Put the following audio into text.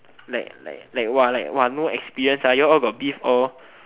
like like like !wah! like !wah! no experience you all got beef all